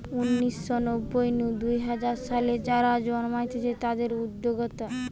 উনিশ শ নব্বই নু দুই হাজার সালে যারা জন্মেছে তাদির উদ্যোক্তা